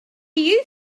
you